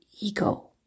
ego